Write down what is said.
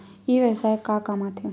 ई व्यवसाय का काम आथे?